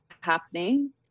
happening